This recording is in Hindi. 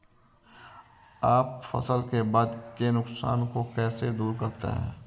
आप फसल के बाद के नुकसान को कैसे दूर करते हैं?